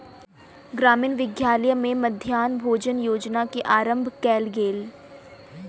ग्रामीण विद्यालय में मध्याह्न भोजन योजना के आरम्भ कयल गेल